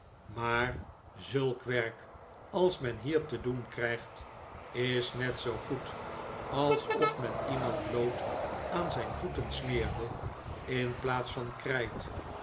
maar zulk werk als men hier te doen krijgt is net zoo goed alsof men iemand lood aan zijn voeten smeerde in plaats van krijt